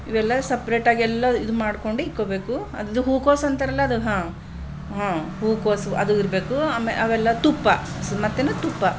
ಇವೆಲ್ಲ ಸಪ್ರೇಟಾಗೆಲ್ಲ ಇದು ಮಾಡ್ಕೊಂಡು ಇಕ್ಕೋಬೇಕು ಅದು ಹೂಕೋಸು ಅಂತಾರಲ್ಲ ಅದು ಹಾಂ ಹಾಂ ಹೂಕೋಸು ಅದು ಇರಬೇಕು ಆಮೆ ಅವೆಲ್ಲ ತುಪ್ಪ ಮತ್ತೇನು ತುಪ್ಪ